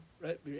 right